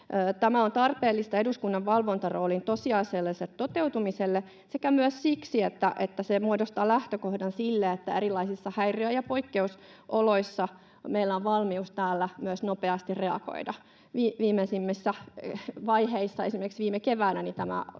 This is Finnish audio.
Tämä on tarpeellista eduskunnan valvontaroolin tosiasialliselle toteutumiselle sekä myös siksi, että se muodostaa lähtökohdan sille, että erilaisissa häiriö- ja poikkeusoloissa meillä on täällä valmius myös nopeasti reagoida. Viimeisimmissä vaiheissa, esimerkiksi viime keväänä,